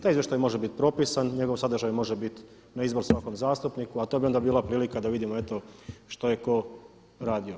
Taj izvještaj može bit propisan, njegov sadržaj može biti na izbor svakom zastupniku a to bi onda bila prilika da vidimo eto što je tko radio.